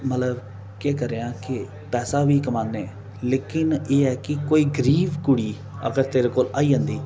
मतलब केह् करेआं कि पैसा बी कमाने लेकिन एह् ऐ कि कोई गरीब कुड़ी अगर तेरे कोल आई जंदी